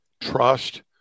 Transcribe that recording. trust